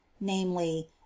namely